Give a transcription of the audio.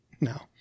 No